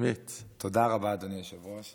תודה רבה, אדוני היושב-ראש.